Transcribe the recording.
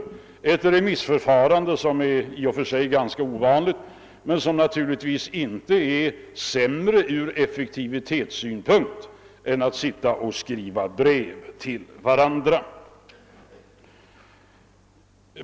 Det är ett remissförfarande som visserligen är ganska ovanligt men som naturligtvis inte är sämre ur effektivitetssynpunkt än att sitta och skriva brev till varandra.